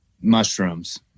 Mushrooms